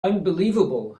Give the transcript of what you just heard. unbelievable